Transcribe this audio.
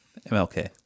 MLK